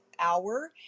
hour